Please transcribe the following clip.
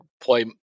play